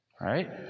right